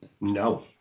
No